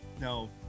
no